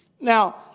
Now